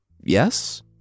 Yes